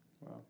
Wow